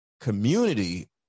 community